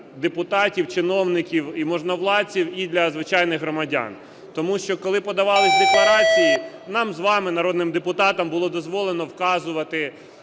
депутатів, чиновників і можновладців, і для звичайних громадян, тому що, коли подавались декларації, нам з вами, народним депутатам, було дозволено вказувати